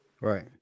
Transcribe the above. Right